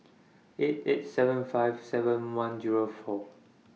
eight eight seven five seven one Zero four